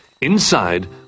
Inside